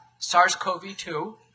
SARS-CoV-2